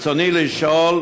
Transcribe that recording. רצוני לשאול: